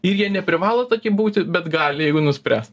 ir jie neprivalo tokie būti bet gali jeigu nuspręs